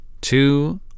two